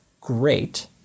Great